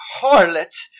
harlot